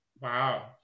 wow